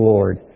Lord